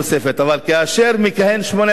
אבל כאשר הוא מכהן 18 שנה,